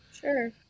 sure